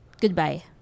goodbye